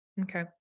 Okay